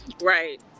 Right